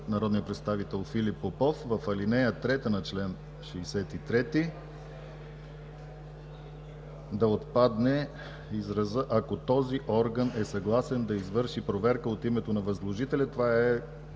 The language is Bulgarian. народния представител Филип Попов: „В ал. 3 на чл. 63 да отпадне изразът „ако този орган е съгласен да извърши проверка от името на възложителя.”